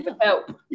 help